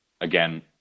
again